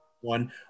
one